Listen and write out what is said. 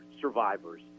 survivors